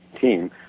Team